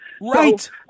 Right